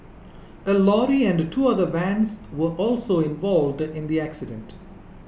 a lorry and two other vans were also involved in the accident